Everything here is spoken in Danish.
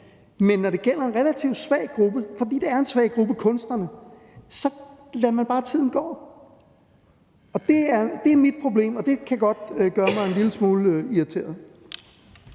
Men når det gælder en relativt svag gruppe, for det er en svag gruppe, kunstnerne, så lader man bare tiden gå, og det er mit problem, og det kan godt gøre mig en lille smule irriteret.